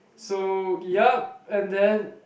so yup and then